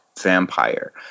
vampire